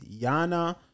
Yana